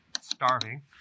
starving